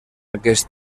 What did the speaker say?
aquest